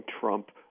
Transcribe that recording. Trump